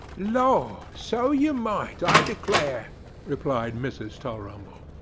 lor! so you might, i declare replied mrs. tulrumble.